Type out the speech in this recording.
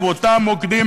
ובאותם מוקדים,